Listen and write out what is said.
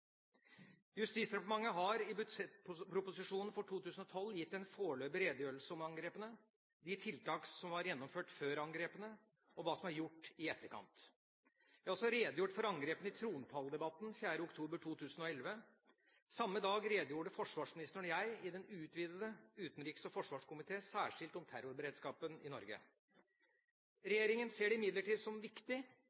Justisdepartementet har i budsjettproposisjonen for 2012 gitt en foreløpig redegjørelse om angrepene, de tiltak som var gjennomført før angrepene, og hva som er gjort i etterkant. Jeg har også redegjort for angrepene i trontaledebatten 4. oktober 2011. Samme dag redegjorde forsvarsministeren og jeg i den utvidede utenriks- og forsvarskomité særskilt om terrorberedskapen i